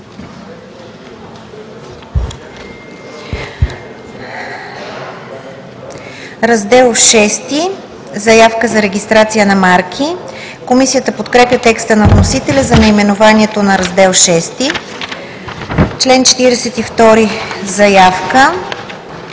„Раздел VI – Заявки за регистрация на марки“. Комисията подкрепя текста на вносителя за наименованието на Раздел VI. Комисията